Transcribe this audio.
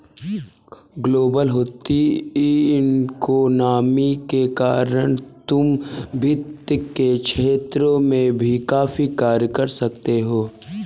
global होती economy के कारण तुम वित्त के क्षेत्र में भी काफी कार्य कर सकते हो